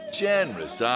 generous